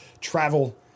travel